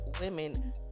women